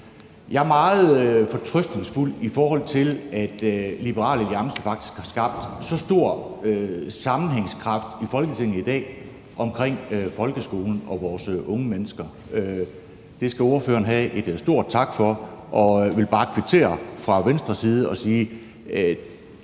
Jeg er meget fortrøstningsfuld i forhold til, at Liberal Alliance faktisk har skabt så stor sammenhængskraft i Folketinget i dag omkring folkeskolen og vores unge mennesker. Det skal ordføreren have en stor tak for, og jeg vil bare kvittere fra Venstres side og sige, at